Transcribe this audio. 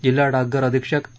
जिल्हा डाकघर अधीक्षक आ